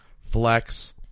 Flex